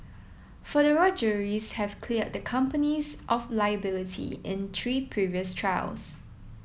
federal juries have cleared the companies of liability in three previous trials